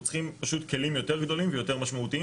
אנחנו צריכים פשוט כלים יותר גדולים ויותר משמעותיים